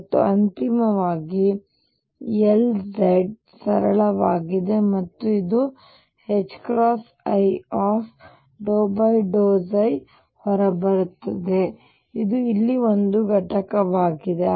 ಮತ್ತು ಅಂತಿಮವಾಗಿ Lz ಸರಳವಾಗಿದೆ ಮತ್ತು ಇದು i∂ϕ ಹೊರಬರುತ್ತದೆ ಇದು ಇಲ್ಲಿ ಒಂದು ಘಟಕವಾಗಿದೆ